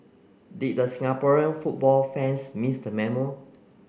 did the Singaporean football fans miss the memo